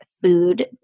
Food